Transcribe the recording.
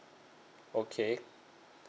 okay